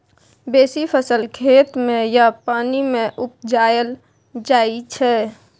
बेसी फसल खेत मे या पानि मे उपजाएल जाइ छै